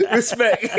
Respect